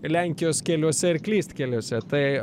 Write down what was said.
lenkijos keliuose ir klystkeliuose tai